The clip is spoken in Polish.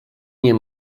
nie